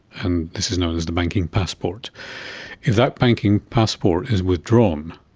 and this is known as the banking passport. if that banking passport is withdrawn,